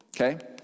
Okay